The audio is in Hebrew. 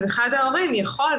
אחד ההורים יכול,